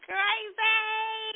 Crazy